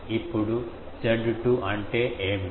ఇప్పుడు Z2 అంటే ఏమిటి